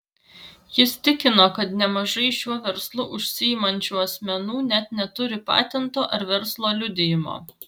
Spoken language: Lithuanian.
jis tikino kad nemažai šiuo verslu užsiimančių asmenų net neturi patento ar verslo liudijimo